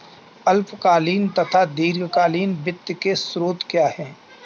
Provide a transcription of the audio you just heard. अल्पकालीन तथा दीर्घकालीन वित्त के स्रोत क्या हैं?